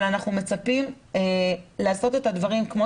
אבל אנחנו מצפים לעשות את הדברים כמו